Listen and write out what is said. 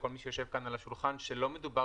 לכל מי שיושב כאן סביב השולחן שלא מדובר